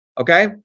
okay